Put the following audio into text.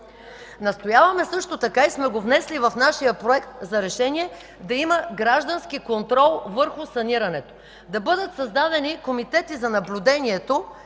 Настояваме също така и сме го внесли в нашия Проект за решение да има граждански контрол върху санирането. Да бъдат създадени комитети за наблюдението